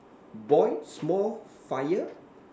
boil small fire